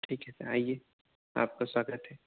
ٹھیک ہے سر آئیے آپ کا سواگت ہے